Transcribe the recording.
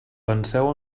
penseu